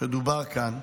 שדובר כאן,